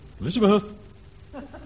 Elizabeth